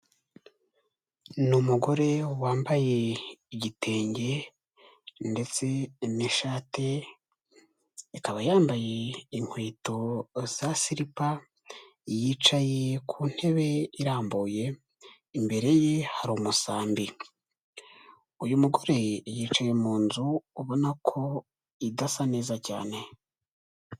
Ni umugore wambaye igitenge, ndetse n'ishati, akaba yambaye inkweto za siripa, yicaye ku ntebe irambuye, imbere ye hari umusambi, uyu mugore yicaye mu nzu ubona ko idasa neza cyane.